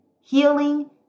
healing